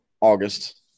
August